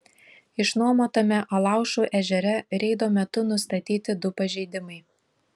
išnuomotame alaušų ežere reido metu nustatyti du pažeidimai